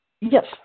Yes